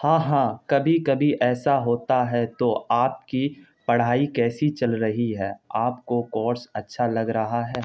ہاں ہاں کبھی کبھی ایسا ہوتا ہے تو آپ کی پڑھائی کیسی چل رہی ہے آپ کو کورس اچھا لگ رہا ہے